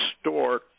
store